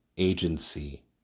Agency